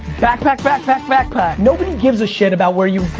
backpack, backpack, backpack. nobody gives a shit about where you